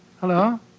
Hello